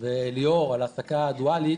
וליאור על העסקה הדואלית,